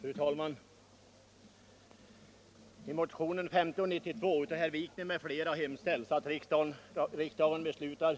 Fru talman! I motionen 1592 av herr Wikner m.fl. hemställs att riksdagen beslutar